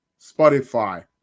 Spotify